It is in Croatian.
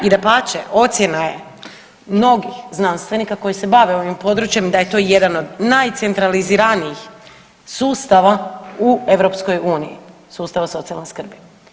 I dapače ocjena je mnogih znanstvenika koji se bave ovim područjem da je to jedan od najcentraliziranijih sustava u EU, sustava socijalne skrbi.